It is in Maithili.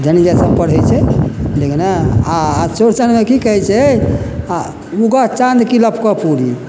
जनि जाति सब पढ़ै छै लेकिन आ चौरचनमे की कहै छै उगह चाॅंद की लपकह पूरी